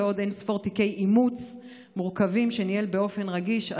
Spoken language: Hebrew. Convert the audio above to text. ועוד אין-ספור תיקי אימוץ מורכבים שניהל באופן רגיש.